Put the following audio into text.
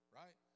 right